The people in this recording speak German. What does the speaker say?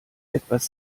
etwas